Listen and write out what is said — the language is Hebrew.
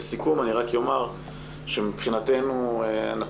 לסיכום אני רק אומר שמבחינתנו אנחנו